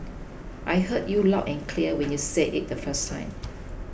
I heard you loud and clear when you said it the first time